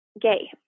gay